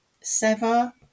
sever